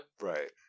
Right